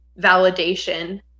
validation